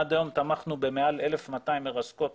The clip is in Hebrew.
עד היום תמכנו במעל 1,200 מרסקות